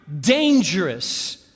dangerous